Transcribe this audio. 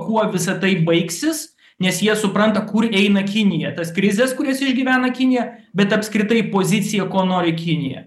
kuo visa tai baigsis nes jie supranta kur eina kinija tas krizes kurias išgyvena kinija bet apskritai pozicija ko nori kinija